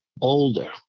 older